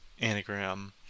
anagram